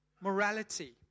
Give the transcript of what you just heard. morality